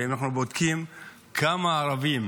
אם אנחנו בודקים כמה ערבים